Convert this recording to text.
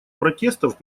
протестов